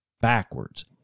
backwards